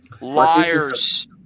Liars